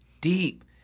deep